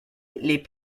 les